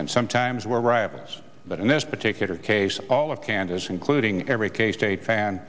and sometimes we're rivals but in this particular case all of kansas including every case state fan